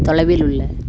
தொலைவில் உள்ள